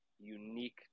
unique